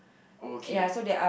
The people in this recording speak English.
okay